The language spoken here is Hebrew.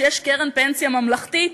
כשיש קרן פנסיה ממלכתית,